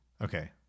Okay